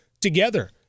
together